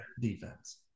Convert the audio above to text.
defense